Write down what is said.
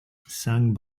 sung